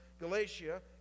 Galatia